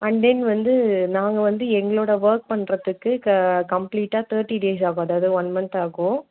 and then வந்து நாங்கள் வந்து எங்களோட ஒர்க் பண்ணுறதுக்கு க கம்ப்ளீட்டாக தேர்ட்டி டேஸ் ஆகும் அதாவது ஒன் மன்த் ஆகும்